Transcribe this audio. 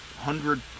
hundred